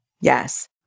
yes